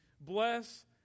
Bless